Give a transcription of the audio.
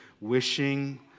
wishing